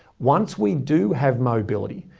once we do have mobility,